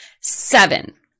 Seven